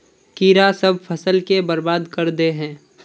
कीड़ा सब फ़सल के बर्बाद कर दे है?